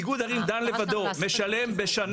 איגוד ערין דן לבדו משלם בשנה